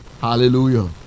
Hallelujah